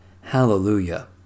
Hallelujah